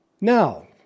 Now